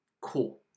Cool